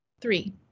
Three